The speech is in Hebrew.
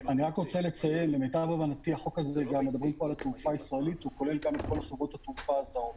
אני רוצה לציין החוק הזה כולל גם את כל חברות התעופה הזרות.